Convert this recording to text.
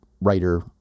writer